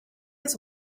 his